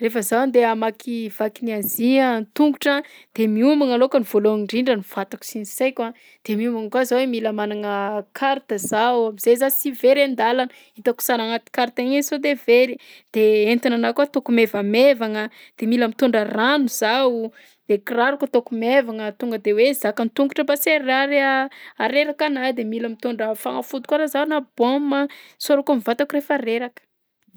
Rehefa zaho andeha hamakivaky ny Azia an-tongotra de miomagna alôkany voalohany ndrindra ny vatako sy ny saiko a, de miomana koa zaho hoe mila managna carte zaho am'zay za sy very an-dàlana, hitako sary agnaty carte igny sao de very de entananahy koa ataoko maivamaivagna de mila mitondra rano zaho, de kiraro ataoko maivanga tonga de hoe zakan'ny tongotra mba sy harary ahareraka anahy, de mila mitondra fagnafody koa arô za na baume hosorako am'vatako rehefa reraka.